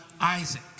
Isaac